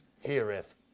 heareth